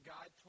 God